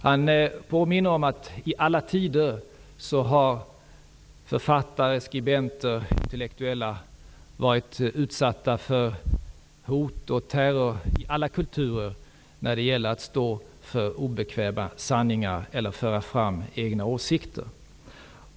Han påminner om att författare, skribenter och intellektuella i alla tider och i alla kulturer har varit utsatta för hot och terror när det gällt att stå för obekväma sanningar eller att föra fram egna åsikter.